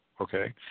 Okay